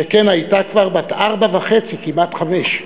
שכן הייתה כבר בת ארבע וחצי, כמעט חמש.